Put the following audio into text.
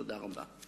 תודה רבה.